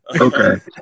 Okay